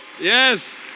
yes